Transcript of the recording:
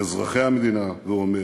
אזרחי המדינה, ואומר: